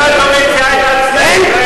שמא יבואו התלמידים אחריכם וישתו את המים הרעים.